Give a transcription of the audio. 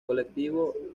colectivo